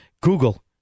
Google